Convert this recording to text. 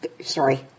sorry